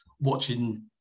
watching